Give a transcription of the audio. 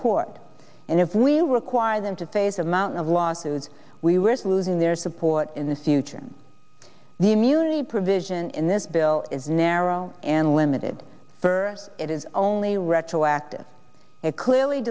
court and if we require them to face a mountain of lawsuits we risk losing their support in the future the immunity provision in this bill is narrow and limited or it is only retroactive it clearly